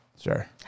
Sure